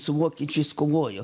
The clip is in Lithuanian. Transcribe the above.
su vokiečiais kovojo